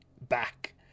back